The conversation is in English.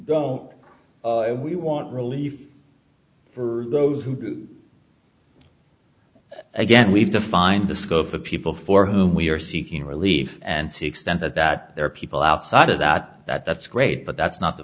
don't we want relief for those who again we have to find the scope of the people for whom we are seeking relief and to extent that that there are people outside of that that that's great but that's not the